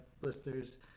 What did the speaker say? listeners